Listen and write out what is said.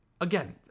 Again